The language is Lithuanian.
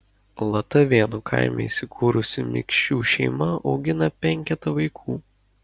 latavėnų kaime įsikūrusi mikšių šeima augina penketą vaikų